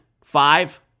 Five